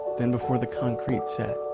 then before the concrete set,